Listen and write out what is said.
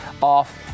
off